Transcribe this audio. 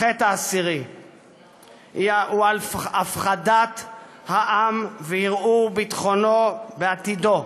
הוא הפחדת העם וערעור ביטחונו בעתידו,